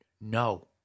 no